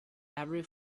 every